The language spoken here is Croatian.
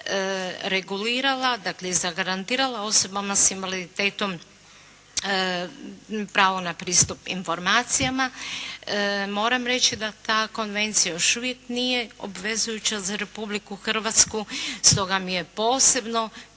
regulirala dakle i zagarantirala osobama sa invaliditetom pravo na pristup informacijama. Moram reći da ta konvencija još uvijek nije obvezujuća za Republiku Hrvatsku. Stoga mi je posebno